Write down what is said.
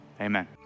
amen